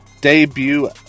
debut